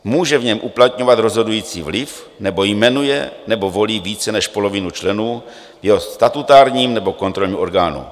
Může v něm uplatňovat rozhodující vliv nebo jmenuje nebo volí více než polovinu členů jeho statutárního nebo kontrolního orgánu.